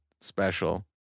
special